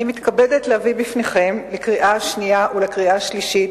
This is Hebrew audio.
אני מתכבדת להביא בפניכם לקריאה שנייה ולקריאה שלישית